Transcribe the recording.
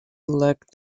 elect